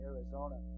Arizona